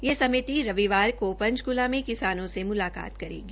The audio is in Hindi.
यह समिति रविवार को पंचकूला में किसानों से मुलाकात करेगी